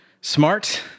smart